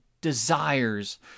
desires